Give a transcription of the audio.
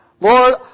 Lord